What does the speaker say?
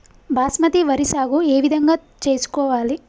బాస్మతి వరి సాగు ఏ విధంగా చేసుకోవాలి?